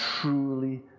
truly